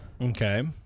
okay